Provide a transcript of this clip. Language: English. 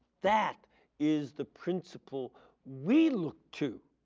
that is the principle we look to